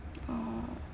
oh